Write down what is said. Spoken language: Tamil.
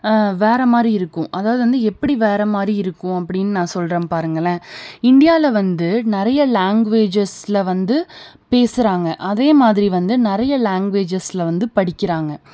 வேறே மாதிரி இருக்கும் அதாவது வந்து எப்படி வேறே மாதிரி இருக்கும் அப்படின்னு நான் சொல்கிறேன் பாருங்களேன் இந்தியாவில் வந்து நிறைய லாங்குவேஜஸில் வந்து பேசுகிறாங்க அதேமாதிரி வந்து நிறைய லாங்குவேஜஸில் வந்து படிக்கிறாங்க